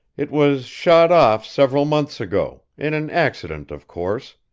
it was shot off several months ago in an accident, of course.